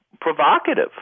provocative